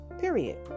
period